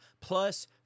plus